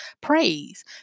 praise